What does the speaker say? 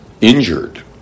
injured